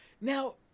now